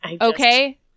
Okay